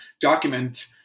document